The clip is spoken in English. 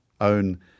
own